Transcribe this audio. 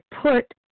put